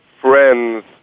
friends